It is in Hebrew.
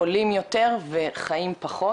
חולים יותר וחיים פחות.